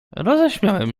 roześmiałem